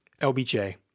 LBJ